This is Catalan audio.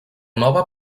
nova